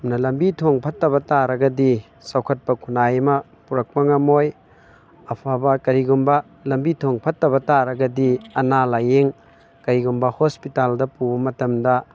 ꯂꯝꯕꯤ ꯊꯣꯡ ꯐꯠꯇꯕ ꯇꯥꯔꯒꯗꯤ ꯆꯥꯎꯈꯠꯄ ꯈꯨꯟꯅꯥꯏ ꯑꯃ ꯄꯨꯔꯛꯄ ꯉꯝꯃꯣꯏ ꯑꯐꯕ ꯀꯔꯤꯒꯨꯝꯕ ꯂꯝꯕꯤ ꯊꯣꯡ ꯐꯠꯇꯕ ꯇꯥꯔꯒꯗꯤ ꯑꯅꯥ ꯂꯥꯏꯌꯦꯡ ꯀꯔꯤꯒꯨꯝꯕ ꯍꯣꯁꯄꯤꯇꯥꯜꯗ ꯄꯨꯕ ꯃꯇꯝꯗ